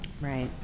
Right